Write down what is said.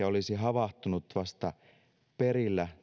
olisi havahtunut todellisuuteen vasta perillä